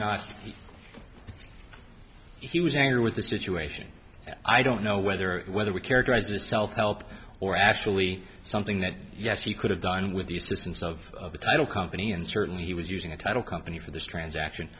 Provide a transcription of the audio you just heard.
not he was angry with the situation i don't know whether whether we characterized the self help or actually something that yes he could have done with the assistance of the title company and certainly he was using a title company for this transaction